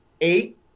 Eight